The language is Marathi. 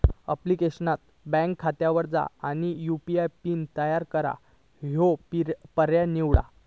ऍप्लिकेशनात बँक खात्यावर जा आणि यू.पी.आय पिन तयार करा ह्यो पर्याय निवडा